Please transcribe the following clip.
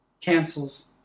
cancels